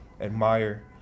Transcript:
admire